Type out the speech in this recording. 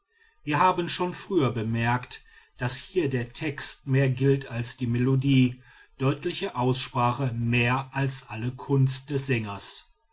wir haben schon früher bemerkt daß hier der text mehr gilt als die melodie deutliche aussprache mehr als alle kunst des sängers